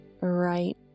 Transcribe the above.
right